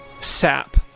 sap